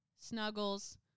snuggles